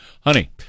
honey